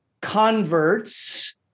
converts